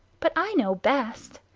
but i know best.